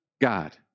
God